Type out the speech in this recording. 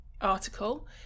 article